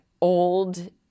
old